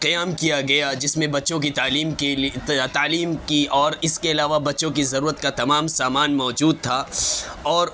قیام کیا گیا جس میں بچوں کی تعلیم کے لیے تعلیم کی اور اس کے علاوہ بچوں کی ضرورت کا تمام سامان موجود تھا اور